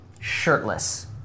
Shirtless